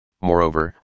moreover